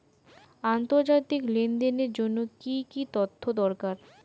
আন্তর্জাতিক লেনদেনের জন্য কি কি তথ্য দরকার?